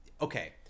okay